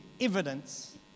evidence